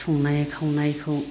संनाय खावनायखौ